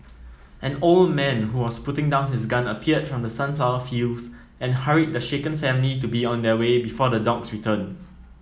an old man who was putting down his gun appeared from the sunflower fields and hurried the shaken family to be on their way before the dogs return